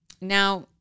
Now